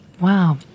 Wow